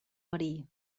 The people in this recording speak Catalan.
verí